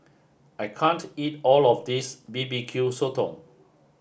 I can't eat all of this B B Q Sotong